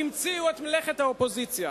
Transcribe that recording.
נעלמו מן המליאה,